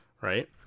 Right